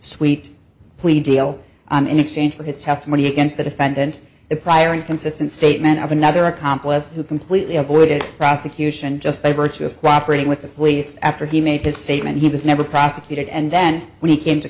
sweet plea deal in exchange for his testimony against the defendant a prior inconsistent statement of another accomplice who completely avoided prosecution just by virtue of cooperate with the police after he made his statement he was never prosecuted and then when he came to